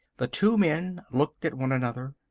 the two men looked at one another.